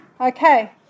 Okay